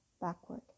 backward